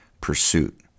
pursuit